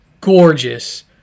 gorgeous